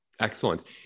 Excellent